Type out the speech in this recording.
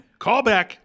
Callback